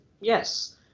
yes